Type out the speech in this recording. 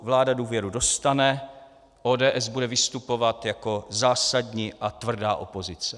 Pokud vláda důvěru dostane, ODS bude vystupovat jako zásadní a tvrdá opozice.